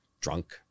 Drunk